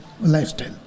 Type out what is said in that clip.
lifestyle